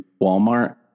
Walmart